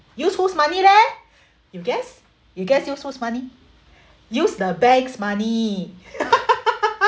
use whose money leh you guess you guess use whose money use the bank's money